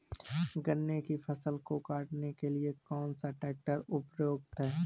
गन्ने की फसल को काटने के लिए कौन सा ट्रैक्टर उपयुक्त है?